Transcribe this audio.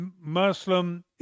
Muslim